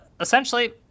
essentially